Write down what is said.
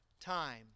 time